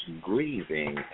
grieving